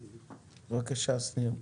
בבקשה, שניר.